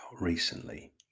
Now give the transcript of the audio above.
recently